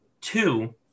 Two